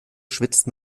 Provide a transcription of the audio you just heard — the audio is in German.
schwitzt